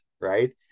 Right